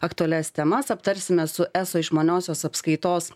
aktualias temas aptarsime su eso išmaniosios apskaitos